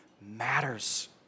matters